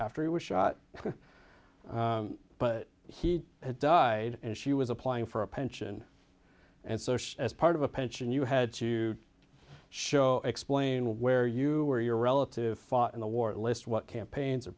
after he was shot but he had died and she was applying for a pension and social as part of a pension you had to show explain where you were your relatives fought in the war list what campaigns